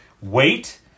Wait